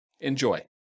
Enjoy